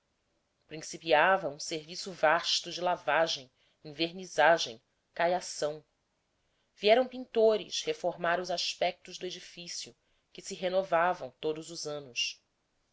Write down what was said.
das chapas cruzadas principiava um serviço vasto de lavagem envernizagem caiação vieram pintores reformar os aspectos do edifício que se renovavam todos os anos